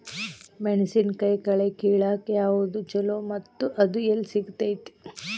ಮೆಣಸಿನಕಾಯಿ ಕಳೆ ಕಿಳಾಕ್ ಯಾವ್ದು ಛಲೋ ಮತ್ತು ಅದು ಎಲ್ಲಿ ಸಿಗತೇತಿ?